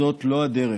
זאת לא הדרך,